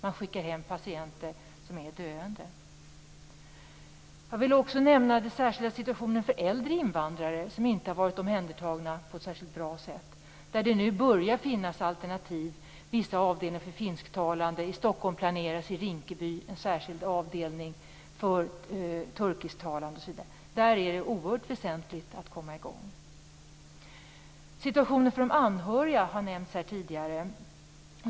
Man skickar hem patienter som är döende. Jag vill också nämna den särskilda situationen för äldre invandrare, som inte har varit omhändertagna på ett särskilt bra sätt. Nu börjar det finnas alternativ. Det finns vissa avdelningar för finsktalande, och i Stockholm planeras i Rinkeby en särskild avdelning för turkisktalande. Det är oerhört väsentligt att komma i gång med detta. Situationen för de anhöriga har nämnts tidigare.